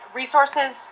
resources